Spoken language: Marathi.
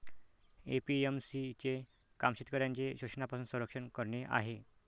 ए.पी.एम.सी चे काम शेतकऱ्यांचे शोषणापासून संरक्षण करणे आहे